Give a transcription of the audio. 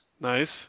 nice